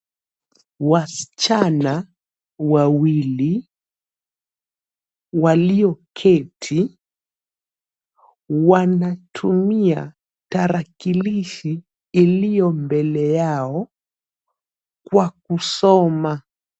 Wasichana wawili walioketi wanatumia tarakilishi iliyo mbele yao kwa kusoma.